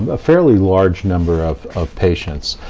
a fairly large number of of patients.